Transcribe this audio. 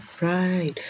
Right